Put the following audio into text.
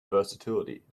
versatility